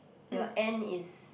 your and is